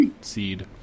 seed